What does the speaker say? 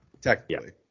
technically